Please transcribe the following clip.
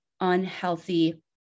unhealthy